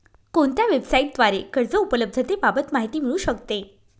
कोणत्या वेबसाईटद्वारे कर्ज उपलब्धतेबाबत माहिती मिळू शकते?